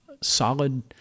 solid